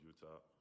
Utah